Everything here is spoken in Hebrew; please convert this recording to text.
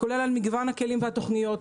כולל על מגוון הכלים והתוכניות,